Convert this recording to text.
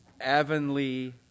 Avonlea